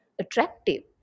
attractive